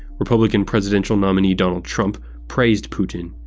republican presidential nominee donald trump praised putin.